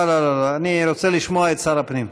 לא, לא, לא, לא, אני רוצה לשמוע את שר הפנים.